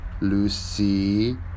lucy